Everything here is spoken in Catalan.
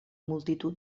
multitud